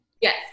yes